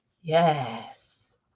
Yes